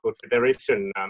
Confederation